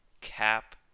cap